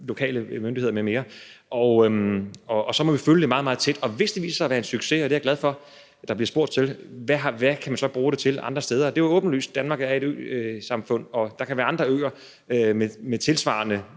lokale myndigheder m.m. Så må vi følge det meget, meget tæt, og hvis det viser sig at være en succes – og det er jeg glad for at der bliver spurgt til – hvad kan man så bruge det til andre steder? Det er jo åbenlyst. Danmark er et øsamfund, og der kan være andre øer med tilsvarende